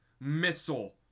missile